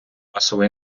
масова